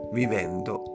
vivendo